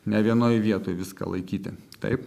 ne vienoj vietoj viską laikyti taip